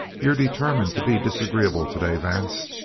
you're determined to be disagreeable today, vance.